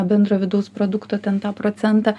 bendro vidaus produkto ten tą procentą